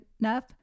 enough